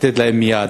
לתת להם יד,